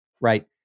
right